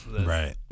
Right